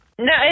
No